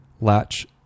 latch